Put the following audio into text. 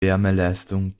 wärmeleistung